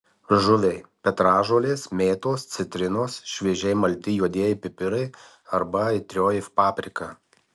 žuviai petražolės mėtos citrinos šviežiai malti juodieji pipirai arba aitrioji paprika